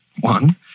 One